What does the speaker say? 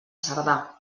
cerdà